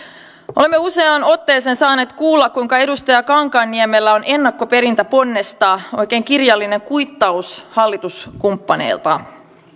olemme useaan otteeseen saaneet kuulla kuinka edustaja kankaanniemellä on ennakkoperintäponnesta oikein kirjallinen kuittaus hallituskumppaneilta